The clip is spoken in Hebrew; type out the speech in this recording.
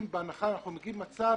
בהנחה שמגיעים למצב